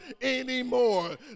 anymore